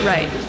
Right